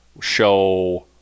show